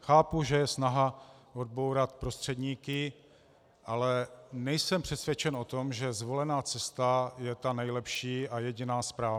Chápu, že je snaha odbourat prostředníky, ale nejsem přesvědčen o tom, že zvolená cesta je ta nejlepší a jediná správná.